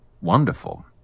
wonderful